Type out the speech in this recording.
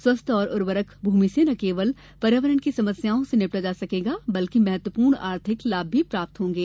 स्वस्थ और उर्वरक भूमि से न केवल पर्यावरण की समस्याओं से निपटा जा सकेगा बल्कि महत्वपूर्ण आर्थिक लाभ भी प्राप्त होंगे